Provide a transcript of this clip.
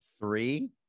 Three